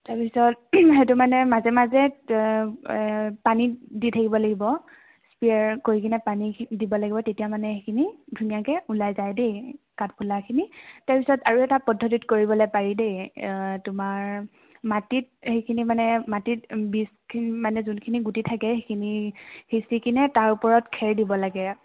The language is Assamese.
তাৰপিছত সেইটো মানে মাজে মাজে পানী দি থাকিব লাগিব স্প্ৰে' কৰি কিনে পানী দিব লাগিব তেতিয়া মানে সেইখিনি ধুনীয়াকৈ ওলাই যায় দেই কাঠফুলাখিনি তাৰপিছত আৰু এটা পদ্ধতিত কৰিবলৈ পাৰি দেই তোমাৰ মাটিত সেইখিনি মানে মাটিত বীজখিনি মানে যোনখিনি গুটি থাকে সেইখিনি সিঁচি কিনে তাৰ ওপৰত খেৰ দিব লাগে